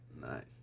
Nice